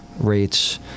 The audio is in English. rates